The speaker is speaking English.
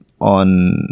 on